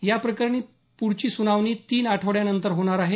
या प्रकरणी पुढची सुनावणी तीन आठवड्यानंतर होणार आहे